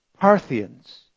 Parthians